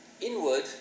inward